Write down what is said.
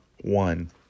one